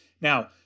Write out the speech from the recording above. Now